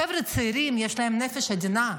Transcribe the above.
חבר'ה צעירים, יש להם נפש עדינה,